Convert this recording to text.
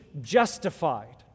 justified